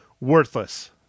worthless